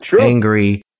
angry